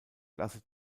klasse